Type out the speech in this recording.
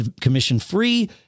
commission-free